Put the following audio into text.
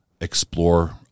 explore